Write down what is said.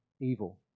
evil